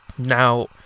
Now